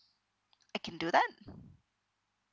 I can do that